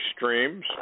streams